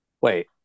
Wait